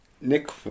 Nick